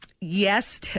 Yes